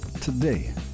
today